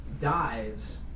dies